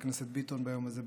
חבר הכנסת ביטון ביום הזה,